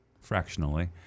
fractionally